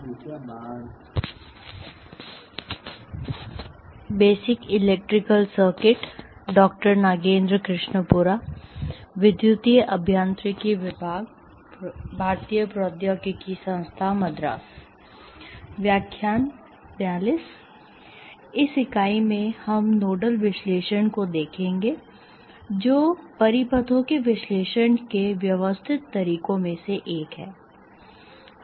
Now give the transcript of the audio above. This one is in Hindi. इस इकाई में हम नोडल विश्लेषण को देखेंगे जो परिपथों के विश्लेषण के व्यवस्थित तरीकों में से एक है